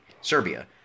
Serbia